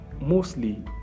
mostly